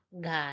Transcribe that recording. God